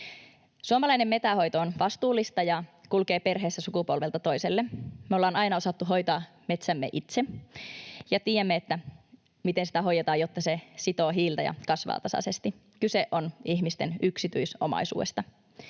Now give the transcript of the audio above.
Suomalainen metsänhoito on vastuullista ja kulkee perheessä sukupolvelta toiselle. Me ollaan aina osattu hoitaa metsämme itse ja tiedämme, miten sitä hoidetaan, jotta se sitoo hiiltä ja kasvaa tasaisesti. Kyse on ihmisten yksityisomaisuudesta.